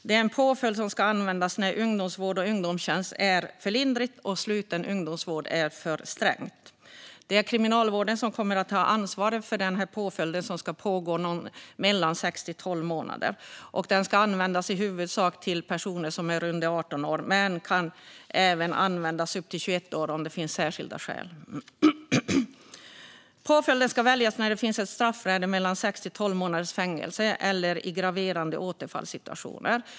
Det är en påföljd som ska användas när ungdomsvård och ungdomstjänst är för lindriga och sluten ungdomsvård för sträng. Kriminalvården ska ha ansvaret för denna påföljd, som ska pågå mellan sex och tolv månader. Den ska användas i huvudsak för dem som är under 18 år, men den kan även användas för gärningsmän upp till 21 år om det finns särskilda skäl. Påföljden ska väljas när det finns ett straffvärde mellan sex och tolv månaders fängelse samt i graverande återfallssituationer.